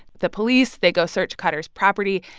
the police, they go search kutter's property.